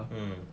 mm